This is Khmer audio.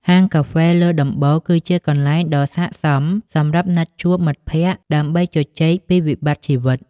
ហាងកាហ្វេលើដំបូលគឺជាកន្លែងដ៏ស័ក្តិសមសម្រាប់ណាត់ជួបមិត្តភក្តិដើម្បីជជែកពីវិបត្តិជីវិត។